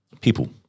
People